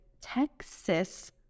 Texas